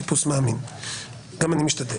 טיפוס מאמין, גם אני משתדל